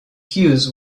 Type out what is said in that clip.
hues